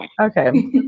okay